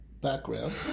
background